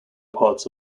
parts